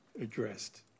addressed